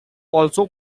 also